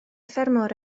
ffermwr